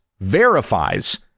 verifies